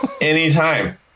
Anytime